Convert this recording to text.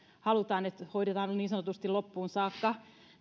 halutaan että hoidetaan niin sanotusti loppuun saakka